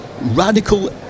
radical